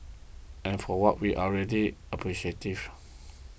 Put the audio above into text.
and for what we are ready appreciative